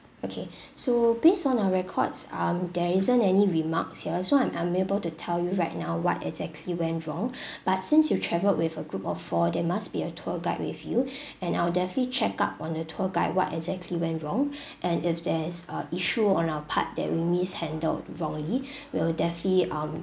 okay so based on our records um there isn't any remarks here so I'm unable to tell you right now what exactly went wrong but since you travelled with a group of four there must be a tour guide with you and I will definitely check up on the tour guide what exactly went wrong and if there's a issue on our part that we mishandled wrongly we'll definitely um